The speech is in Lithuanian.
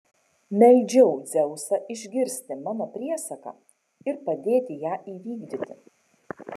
meldžiau dzeusą išgirsti mano priesaką ir padėti ją įvykdyti